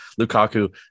Lukaku